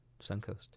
Suncoast